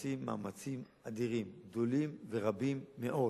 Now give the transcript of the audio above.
ונעשים מאמצים אדירים, גדולים ורבים מאוד.